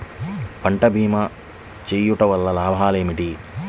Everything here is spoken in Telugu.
పంట భీమా చేయుటవల్ల లాభాలు ఏమిటి?